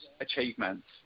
achievements